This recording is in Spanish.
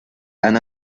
han